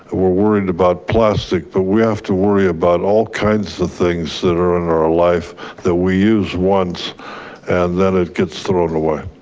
we're worried about plastic, but we have to worry about all kinds of things that are in our life that we use once and then it gets thrown away.